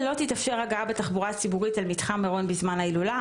לא תתאפשר הגעה בתחבורה ציבורית אל מתחם מירון בזמן ההילולה,